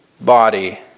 body